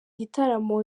gitaramo